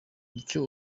icyo